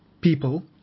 people